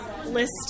list